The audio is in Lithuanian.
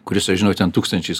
kuris žinot ten tūkstančiais